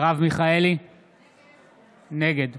נגד